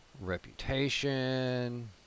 reputation